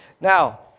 Now